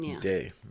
day